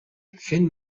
хэн